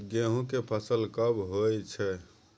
गेहूं के फसल कब होय छै?